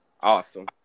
awesome